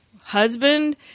husband